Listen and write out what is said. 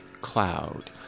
cloud